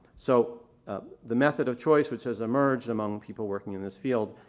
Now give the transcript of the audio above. so ah the method of choice which has emerged among people working in this field,